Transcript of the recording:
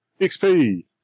XP